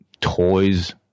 toys –